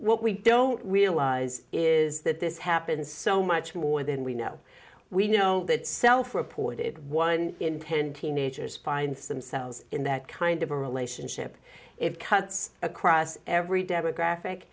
what we don't realize is that this happens so much more than we know we know that self reported one in ten teenagers finds themselves in that kind of a relationship it cuts across every demographic